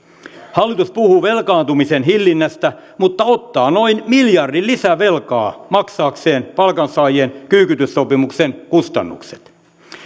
hallitus puhuu velkaantumisen hillinnästä mutta ottaa noin miljardin lisävelkaa maksaakseen palkansaajien kyykytyssopimuksen kustannukset